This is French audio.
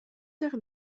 terre